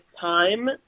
time